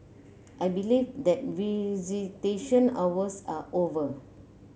I believe that visitation